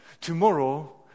Tomorrow